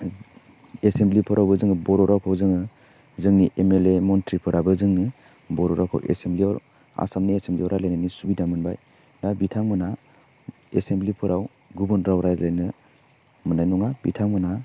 एसेमब्लिफोरावबो जोङो बर' रावखौ जोङो जोंनि एमएलए मन्थ्रिफोराबो जोंनि बर' रावखौ एसेमब्लियाव आसामनि एसेमब्लियाव रायलायनायनि सुबिदा मोनबाय दा बिथांमोना एसेमब्लिफोराव गुबुन राव रायलायनो मोन्नाय नङा बिथांमोना